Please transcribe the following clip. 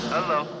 Hello